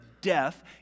death